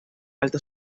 alta